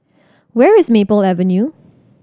where is Maple Avenue